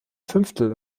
fünftel